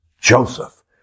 Joseph